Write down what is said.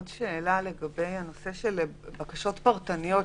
יש לי שאלה לגבי הנושא של בקשות פרטניות,